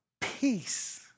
peace